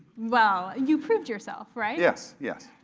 well, you proved yourself, right? yes, yes.